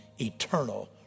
eternal